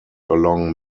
along